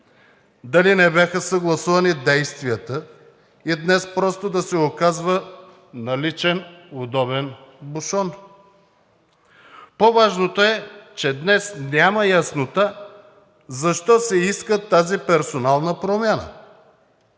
Дали не бяха съгласувани действията и днес просто да се оказва наличен, удобен бушон? По важното е, че днес няма яснота защо се иска тази персонална промяна?!